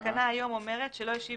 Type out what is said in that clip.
התקנה היום אומרת שלא השיב